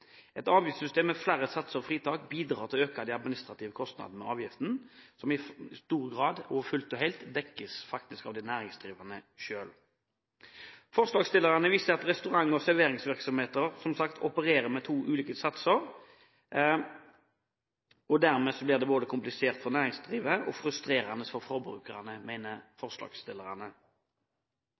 Et avgiftssystem med flere satser og fritak bidrar til å øke de administrative kostnadene ved avgiften, som fullt og helt dekkes av de næringsdrivende selv. Forslagsstillerne viser til at restaurant- og serveringsvirksomheter som sagt opererer med to ulike satser, og de mener at det dermed blir både komplisert for næringsdrivende og frustrerende for forbrukerne.